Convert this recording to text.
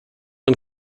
and